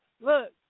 look